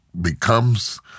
becomes